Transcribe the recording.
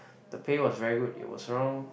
the pay was very good it was around